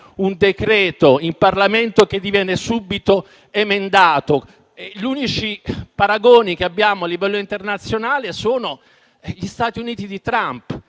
un decreto-legge in Parlamento che viene subito emendato. Gli unici paragoni che abbiamo a livello internazionale sono gli Stati Uniti di Trump